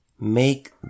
Make